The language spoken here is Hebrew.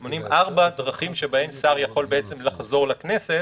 מונות ארבע דרכים שבהן שר יכול לחזור לכנסת,